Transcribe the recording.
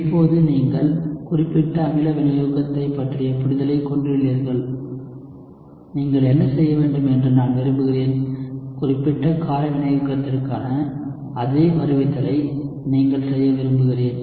இப்போது நீங்கள் குறிப்பிட்ட அமில வினையூக்கத்தைப் பற்றிய புரிதலைக் கொண்டுள்ளீர்கள் நீங்கள் என்ன செய்ய வேண்டும் என்று நான் விரும்புகிறேன் குறிப்பிட்ட கார வினையூக்கத்திற்கான அதே வருவித்தலை நீங்கள் செய்ய விரும்புகிறேன்